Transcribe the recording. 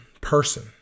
person